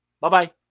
Bye-bye